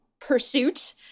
pursuit